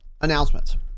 announcements